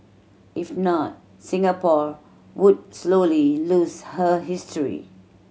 if not Singapore would slowly lose her history